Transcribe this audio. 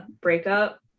breakup